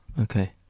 Okay